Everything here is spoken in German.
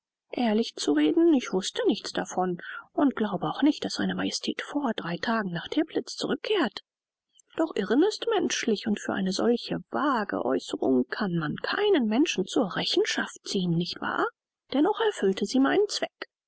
ehrlich zu reden ich wußte nichts davon und glaube auch nicht daß seine majestät vor drei tagen nach teplitz zurückkehrt doch irren ist menschlich und für eine solche vague aeußerung kann man keinen menschen zur rechenschaft ziehen nicht wahr dennoch erfüllte sie meinen zweck